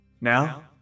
Now